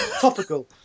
Topical